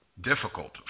difficult